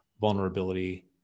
Vulnerability